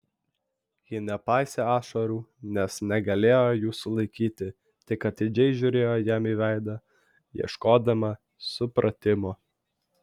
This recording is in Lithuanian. ji nepaisė ašarų nes negalėjo jų sulaikyti tik atidžiai žiūrėjo jam į veidą ieškodama supratimo